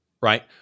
right